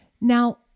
Now